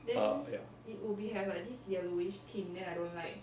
err ya